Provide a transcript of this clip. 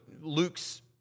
Luke's